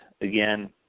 Again